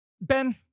Ben